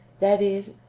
that is,